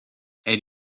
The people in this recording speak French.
elle